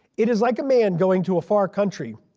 it is like a man going to a far country,